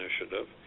initiative